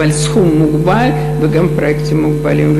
אבל סכום מוגבל וגם פרויקטים מוגבלים.